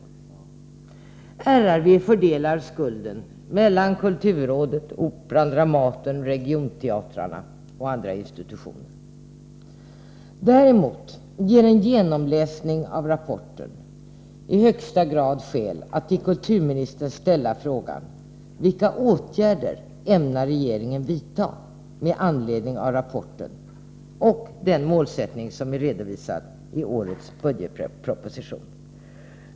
Riksrevisionsverket fördelar skulden mellan kulturrådet, Operan, Dramaten, regionteatrarna och andra institutioner. Däremot ger en genomläsning av rapporten i högsta grad skäl att till kulturministern ställa frågan: Vilka åtgärder ämnar regeringen vidta med anledning av rapporten och den målsättning som är redovisad i årets budgetproposition?